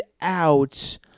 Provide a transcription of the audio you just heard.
out